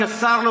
כשר,